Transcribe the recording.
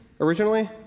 originally